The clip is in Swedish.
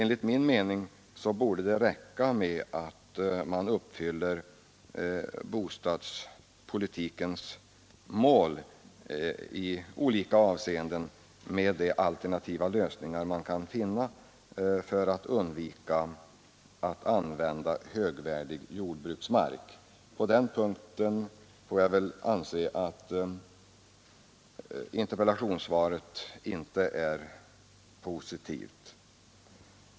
Enligt min mening borde det räcka med att man söker uppnå bostadspolitikens mål i olika avseenden med de alternativa lösningar man kan finna för att undvika att använda högvärdig jordbruksmark. På den punkten får jag väl anse att interpellationssvaret inte är positivt.